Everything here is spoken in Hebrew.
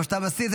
או שאתה מסיר את